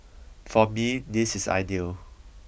for me this is ideal